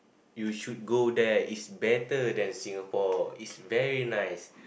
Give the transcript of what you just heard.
you should go there it's better than Singapore it's very nice